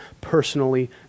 personally